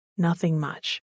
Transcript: nothingmuch